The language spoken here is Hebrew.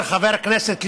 חבר הכנסת ליצמן,